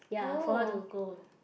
ya for her to go